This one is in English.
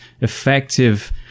effective